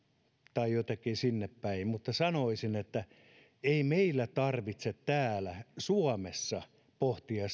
tai jotenkin sinne päin mutta sanoisin että ei meillä tarvitse täällä suomessa pohtia